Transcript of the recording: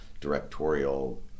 directorial